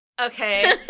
Okay